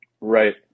Right